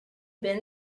been